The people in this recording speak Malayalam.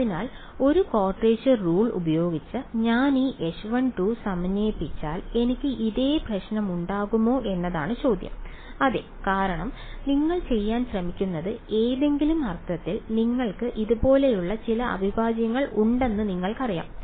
അതിനാൽ ഒരു ക്വാഡ്രേച്ചർ റൂൾ ഉപയോഗിച്ച് ഞാൻ ഈ H1 സമന്വയിപ്പിച്ചാൽ എനിക്ക് ഇതേ പ്രശ്നമുണ്ടാകുമോ എന്നതാണ് ചോദ്യം അതെ കാരണം നിങ്ങൾ ചെയ്യാൻ ശ്രമിക്കുന്നത് ഏതെങ്കിലും അർത്ഥത്തിൽ നിങ്ങൾക്ക് ഇതുപോലെയുള്ള ചില അവിഭാജ്യങ്ങൾ ഉണ്ടെന്ന് നിങ്ങൾക്കറിയാം